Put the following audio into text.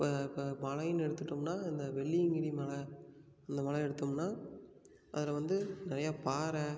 இப்போ இப்போ மலைன்னு எடுத்துட்டோம்னா இந்த வெள்ளியங்கிரி மலை இந்த மலையை எடுத்தோம்னா அதில் வந்து நிறையா பாறை